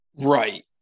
Right